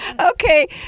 Okay